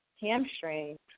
hamstrings